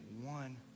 one